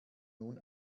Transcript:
nun